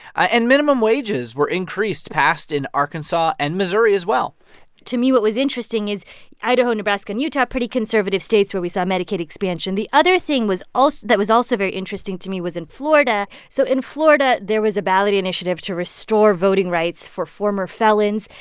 ah and minimum wages were increased passed in arkansas and missouri, as well to me, what was interesting is idaho, nebraska and utah are pretty conservative states where we saw medicaid expansion. the other thing was also that was also very interesting to me was in florida. so in florida, there was a ballot initiative to restore voting rights for former felons.